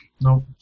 Nope